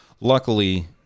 luckily